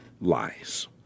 lies